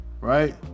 right